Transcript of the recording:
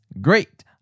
great